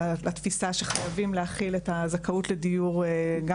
לתפיסה שחייבים להחיל את הזכאות לדיור גם